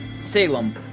Salem